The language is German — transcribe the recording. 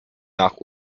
nach